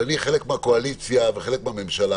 ואני חלק מהקואליציה וחלק מהממשלה,